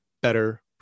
better